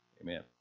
Amen